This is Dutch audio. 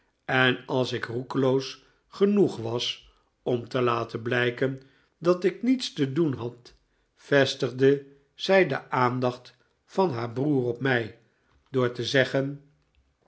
en als ik roekeloos genoeg was om te laten blijken dat ik niets te doen had vestigde zij de aandacht van haar broer op mij door te zeggen